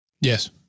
Yes